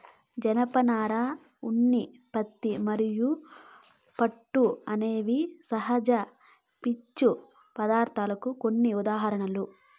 జనపనార, ఉన్ని, పత్తి మరియు పట్టు అనేవి సహజ పీచు పదార్ధాలకు కొన్ని ఉదాహరణలు